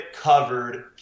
covered